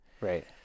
Right